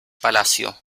palacio